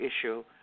issue